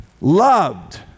loved